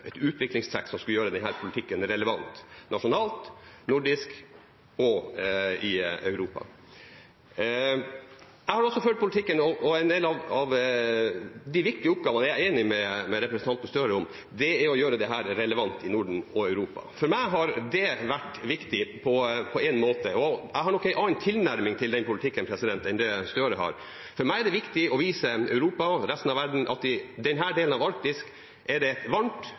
utviklingstrekk som skulle gjøre denne politikken relevant nasjonalt, nordisk og i Europa. Jeg har altså fulgt politikken, og en del av de viktige oppgavene jeg er enig med representanten Gahr Støre i, er å gjøre dette relevant i Norden og i Europa. For meg har det vært viktig på én måte – jeg har nok en annen tilnærming til denne politikken enn det Gahr Støre har. For meg er det viktig å vise Europa og resten av verden at i denne delen av Arktis er det et varmt,